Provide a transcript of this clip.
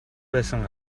байсан